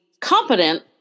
competent